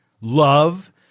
love